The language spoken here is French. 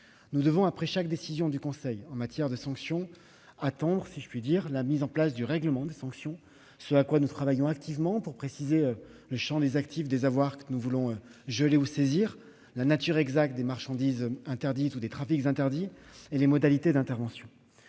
Nous devons, après chaque décision du Conseil en matière de sanctions, attendre la mise en place du règlement y afférent. Nous y travaillons activement, afin de préciser le champ des actifs et des avoirs que nous voulons geler ou saisir, la nature exacte des marchandises interdites ou des trafics interdits, et les modalités d'intervention.